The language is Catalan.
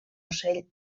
ocell